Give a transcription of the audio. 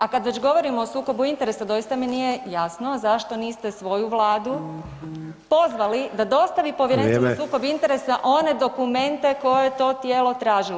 A kad već govorimo o sukobu interesa, doista mi nije jasno zašto niste svoju Vladu pozvali da dostavi [[Upadica: Vrijeme.]] Povjerenstvu za sukob interesa one dokumente koje je to to tijelo tražilo.